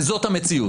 אבל זאת המציאות.